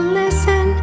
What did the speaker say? listen